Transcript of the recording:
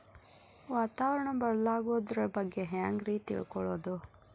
ವಾತಾವರಣ ಬದಲಾಗೊದ್ರ ಬಗ್ಗೆ ಹ್ಯಾಂಗ್ ರೇ ತಿಳ್ಕೊಳೋದು?